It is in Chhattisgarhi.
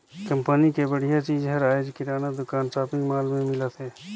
कंपनी के बड़िहा चीज हर आयज किराना दुकान, सॉपिंग मॉल मन में मिलत हे